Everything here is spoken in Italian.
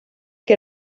che